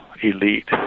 elite